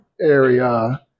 area